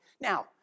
Now